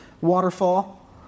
waterfall